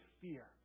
fear